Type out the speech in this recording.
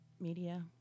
Media